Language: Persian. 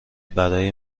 برای